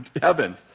heaven